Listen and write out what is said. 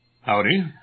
Howdy